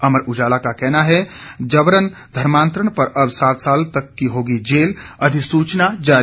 अमर उजाला का कहना है जबरन धर्मांतरण पर अब सात साल तक की होगी जेल अधिसूचना जारी